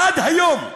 עד היום.